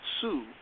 sue